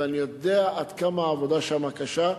ואני יודע עד כמה העבודה שמה קשה,